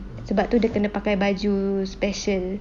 sebab tu dia kena pakai baju special